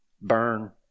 burn